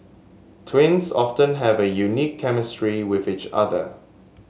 twins often have a unique chemistry with each other